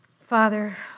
Father